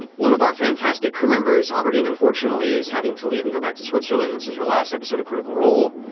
one of our fantastic crew members, amandine, and unfortunately is having to leave and go back to switzerland. this is her last episode of critical role.